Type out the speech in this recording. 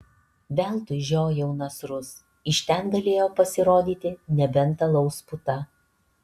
veltui žiojau nasrus iš ten galėjo pasirodyti nebent alaus puta